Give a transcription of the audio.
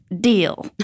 deal